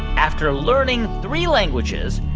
after learning three languages,